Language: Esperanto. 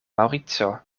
maŭrico